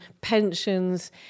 pensions